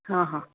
हा हा